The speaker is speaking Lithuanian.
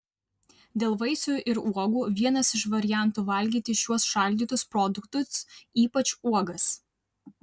dėl vaisių ir uogų vienas iš variantų valgyti šiuos šaldytus produktus ypač uogas